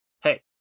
hey